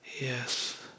yes